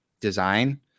design